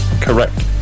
correct